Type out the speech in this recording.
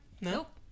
Nope